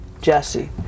Jesse